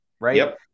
Right